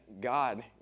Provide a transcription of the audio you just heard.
God